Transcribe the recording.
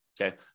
okay